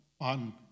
on